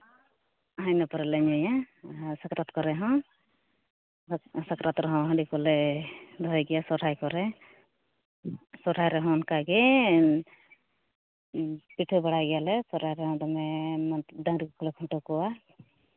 ᱤᱱᱟᱹ ᱯᱚᱨᱮ ᱞᱮ ᱧᱩᱭᱟ ᱟᱨ ᱥᱟᱠᱨᱟᱛ ᱠᱚᱨᱮ ᱦᱚᱸ ᱥᱟᱠᱨᱟᱛ ᱨᱮᱦᱚᱸ ᱦᱟᱺᱰᱤ ᱠᱚᱞᱮ ᱫᱚᱦᱚᱭ ᱜᱮᱭᱟ ᱥᱚᱨᱦᱟᱭ ᱠᱚᱨᱮ ᱥᱚᱨᱦᱟᱭ ᱨᱮᱦᱚ ᱚᱱᱠᱟ ᱜᱮ ᱯᱤᱴᱷᱟᱹ ᱵᱟᱲᱟᱭ ᱜᱮᱭᱟᱞᱮ ᱥᱚᱨᱦᱟᱭ ᱨᱮᱦᱚᱸ ᱫᱚᱢᱮ ᱰᱟᱝᱨᱤ ᱠᱚᱞᱮ ᱠᱷᱩ ᱱᱴᱟᱹᱣ ᱠᱚᱣᱟ